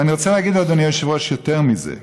ואני רוצה להגיד, אדוני היושב-ראש, יותר מזה.